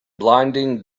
blinding